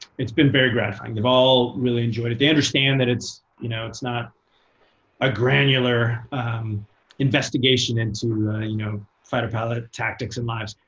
it's been very gratifying. they've all really enjoyed it. they understand that it's you know it's not a granular investigation into you know fighter pilot tactics and lives.